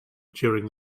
during